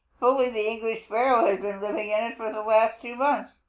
bully the english sparrow has been living in it for the last two months.